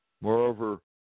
Moreover